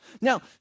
Now